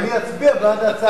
אני אצביע בעד ההצעה של סגן השר.